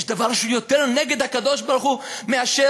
יש דבר שהוא יותר נגד הקדוש-ברוך-הוא מאשר